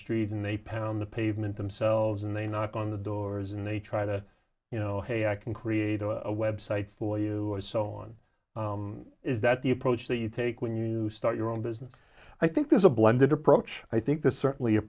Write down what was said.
street and they pound the pavement themselves and they knock on the doors and they try to you know hey i can create a website for you and so on is that the approach that you take when you start your own business i think there's a blended approach i think there's certainly a